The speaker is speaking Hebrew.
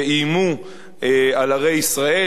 שאיימו על ערי ישראל,